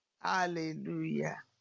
hallelujah